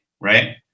right